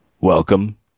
Welcome